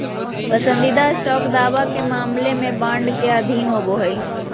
पसंदीदा स्टॉक दावा के मामला में बॉन्ड के अधीन होबो हइ